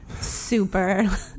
Super